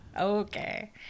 Okay